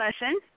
lesson